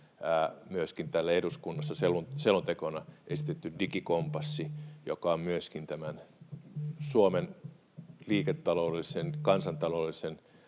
myöskin täällä eduskunnassa selontekona esitetty digikompassi, joka on myöskin Suomen liiketaloudellisen, kansantaloudellisen